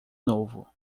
novo